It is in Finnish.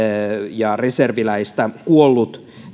ja reserviläistä kuollut